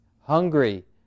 hungry